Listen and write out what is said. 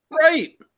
Right